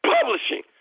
publishing